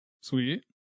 sweet